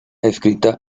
escrita